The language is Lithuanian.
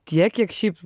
tiek kiek šiaip